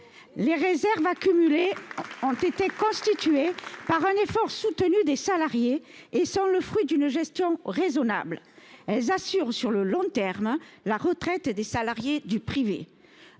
Les réserves accumulées ont été constituées par un effort soutenu des salariés et sont le fruit d’une gestion raisonnable. Elles assurent sur le long terme la retraite des salariés du privé.